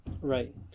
right